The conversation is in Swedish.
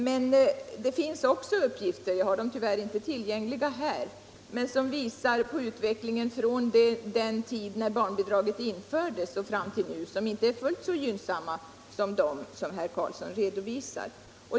Men det finns också uppgifter — jag har dem tyvärr inte tillgängliga här — om utvecklingen från den tid då barnbidraget infördes och fram till nu, vilka inte är fullt så gynnsamma som de uppgifter som herr Karlsson redovisade.